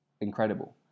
incredible